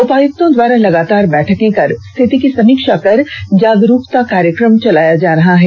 उपायुक्तों द्वारा लागातार बैठकें कर स्थिति की समीक्षा कर जागरूकता कार्यक्रम चलाया जा रहा है